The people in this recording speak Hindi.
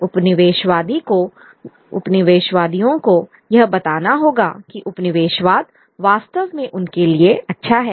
उपनिवेशवादियों को यह बताना होगा कि उपनिवेशवाद वास्तव में उनके लिए अच्छा है